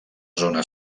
zona